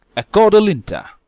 acordo linta.